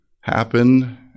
happen